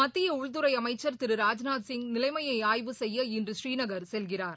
மத்திய உள்துறை அமைச்சர் திரு ராஜ்நாத் சிங் நிலைமையை ஆய்வு செய்ய இன்று ஸ்ரீநகர் செல்கிறார்